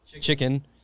chicken